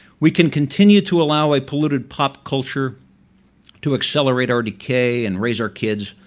we can continue to allow a polluted pop culture to accelerate our decay and raise our kids,